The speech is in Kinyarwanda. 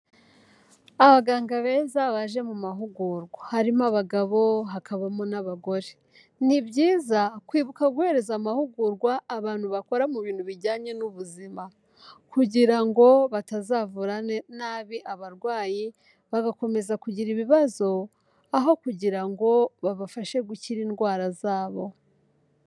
Abaganga beza baje mu mahugurwa, harimo abagabo hakabamo n'abagore. Ni byiza kwibuka guhereza amahugurwa abantu bakora mu bintu bijyanye n'ubuzima kugira ngo batazavura nabi abarwayi bagakomeza kugira ibibazo, aho kugira ngo babafashe gukira indwara zabo.